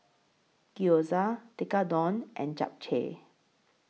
Gyoza Tekkadon and Japchae